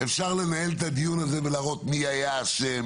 אפשר לנהל את הדיון הזה ולהראות מי היה אשם,